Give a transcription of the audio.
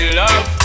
love